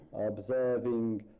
observing